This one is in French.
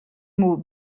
mot